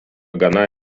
gana